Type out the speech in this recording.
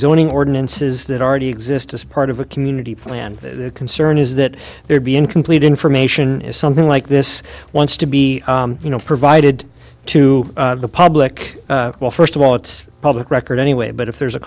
zoning ordinances that already exist as part of a community plan the concern is that there be incomplete information is something like this wants to be you know provided to the public well first of all it's public record anyway but if there's a